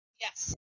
yes